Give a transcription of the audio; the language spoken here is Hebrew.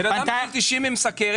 אדם בן 90 עם סכרת לא מקבל.